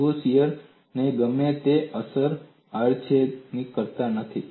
જુઓ શીયર ની ગમે તે અસર આડછેદને અસર કરતી નથી